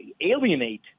alienate